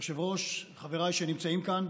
היושב-ראש, חבריי שנמצאים כאן,